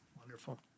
Wonderful